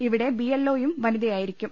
ഇവിടെ ബിഎൽഒ യും വനി തയായിരിക്കും